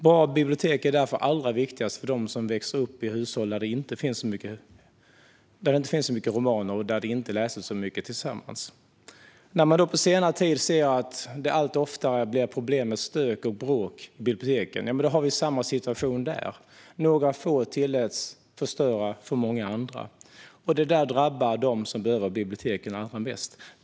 Bra bibliotek är därför allra viktigast för dem som växer upp i hushåll där det inte finns så många romaner och där man inte läser så mycket tillsammans. När det nu på senare tid allt oftare blir problem med stök och bråk på biblioteken ser vi samma situation där. Några få tillåts förstöra för många andra, och det drabbar dem som behöver biblioteken mest.